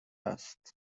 هست